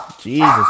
Jesus